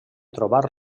trobar